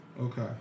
okay